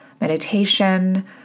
meditation